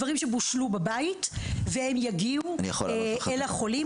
דברים שבושלו בבית והם יגיעו אל החולים.